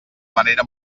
manera